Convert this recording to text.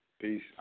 Peace